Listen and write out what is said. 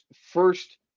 first